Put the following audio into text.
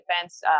Defense